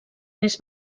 més